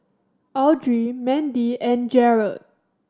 Audry Mendy and Jarrad